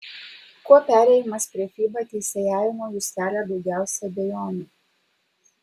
kuo perėjimas prie fiba teisėjavimo jus kelia daugiausiai abejonių